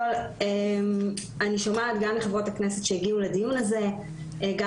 אני שומעת גם מחברות הכנסת שהגיעו לדיון הזה וגם